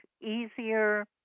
easier